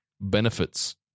benefits